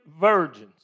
virgins